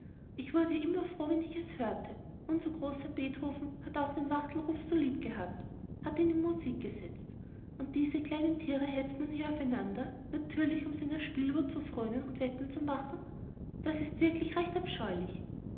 ich wurde immer froh wenn ich es hörte unser großer beethoven hat auch den wachtelruf so lieb gehabt hat ihn in musik gesetzt und diese kleinen tiere hetzt man hier aufeinander natürlich um seiner spielwut zu frönen und wetten zu machen das ist wirklich recht abscheulich